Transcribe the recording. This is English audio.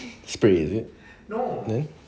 spray is it then